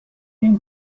ریم